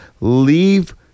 leave